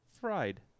Fried